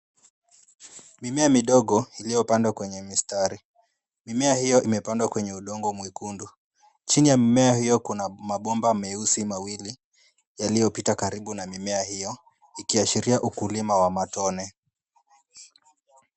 Mimea midogo iliyo pandwa kwenye mistari. Mimea hiyo imepandwa kwenye udongo mwekundu. Chini ya mimea hiyo kuna mabomba mawili meusi yaliyo pita karibu na mimea hiyo ikiashiria ukulima wa matone.